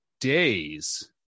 days